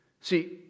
See